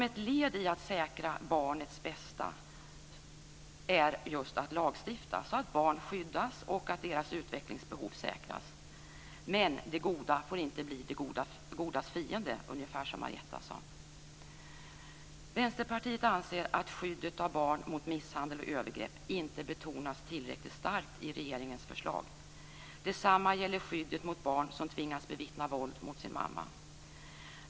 Ett led i att säkra barnens bästa är att lagstifta så att barnen skyddas och deras utvecklingsbehov säkras. Men det goda får inte bli det godas fiende - ungefär som Marietta sade. Vi i Vänsterpartiet anser att skyddet av barn mot misshandel och övergrepp inte betonas tillräckligt starkt i regeringens förslag. Detsamma gäller skyddet mot barn som tvingas bevittna våld mot sin mamma.